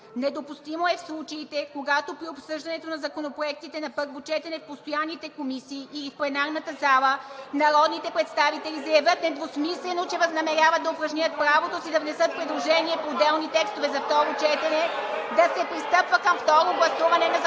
Недопустимо е в случаите, когато при обсъждането на законопроектите на първо четене в постоянните комисии и в пленарната зала народните представители заявят недвусмислено, че възнамеряват да упражнят правото си да внесат предложения по отделни текстове за второ четене, да се пристъпва към второ гласуване на Законопроекта.“